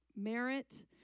merit